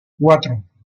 cuatro